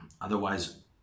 Otherwise